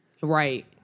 Right